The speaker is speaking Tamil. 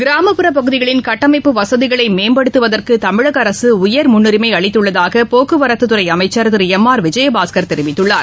கிராமப்புற பகுதிகளின் கட்டமைப்பு வசதிகளை மேம்படுத்துவதற்கு தமிழக அரசு உயர் முன்னுரிமை அளித்துள்ளதாக போக்குவரத்துத்துறை அமைச்சர் திரு எம் ஆர் விஜயபாஸ்கர் தெரிவித்துள்ளார்